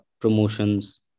promotions